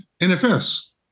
NFS